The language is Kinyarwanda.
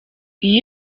iyo